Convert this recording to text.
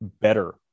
better